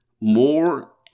more